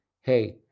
Hey